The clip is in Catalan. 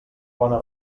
bona